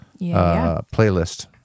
playlist